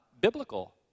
biblical